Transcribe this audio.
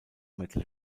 metal